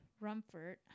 Rumford